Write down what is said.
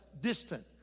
distant